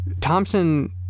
Thompson